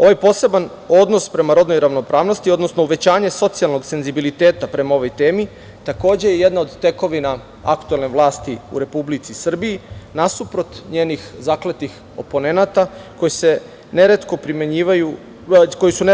Ovaj poseban odnos prema rodnoj ravnopravnosti, odnosno uvećanje socijalnog senzibiliteta prema ovoj temi takođe je jedna od tekovima aktuelne vlasti u Republici Srbiji nasuprot njenih zakletih oponenata koji su